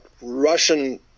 russian